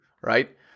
right